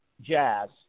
Jazz